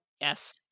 yes